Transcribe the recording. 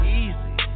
easy